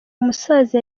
musaza